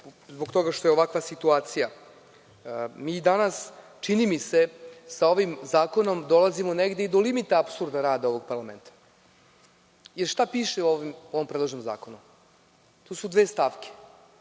zbog toga što je ovakva situacija. Mi danas, čini mi se, sa ovim zakonom dolazimo negde i do limita apsurda rada ovog parlamenta, jer šta piše u ovom predloženom zakonu? To su dve stavke.